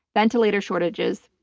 ventilator shortages.